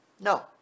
No